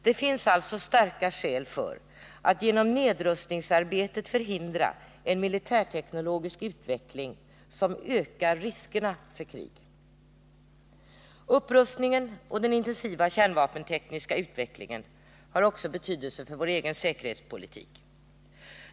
Det finns alltså starka skäl för att genom nedrustningsarbetet förhindra en militärteknologisk utveckling som ökar riskerna för krig. Upprustningen och den intensiva kärnvapentekniska utvecklingen har också betydelse för vår egen säkerhetspolitik.